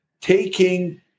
taking